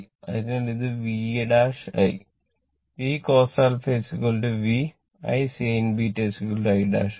അതിനാൽ ഇത് v i VCos α v I sin β i ആണ്